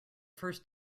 first